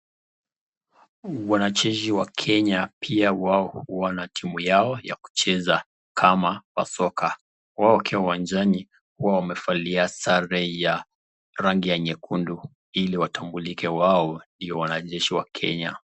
Wanajeshi wa kenya pia wao huwa na timu yao ya kucheza kama kwa soka. Wao wakiwa uwanjani huwa wanavalia sare ya rangi ya nyekundu ili watambulike wao ndio wanajeshi wa kenya.